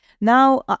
Now